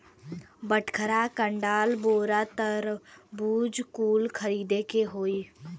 बटखरा, कंडाल, बोरा, तराजू कुल खरीदे के होई